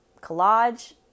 collage